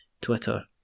Twitter